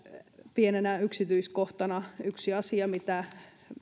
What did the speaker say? pienenä yksityiskohtana yksi asia mitä